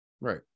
Right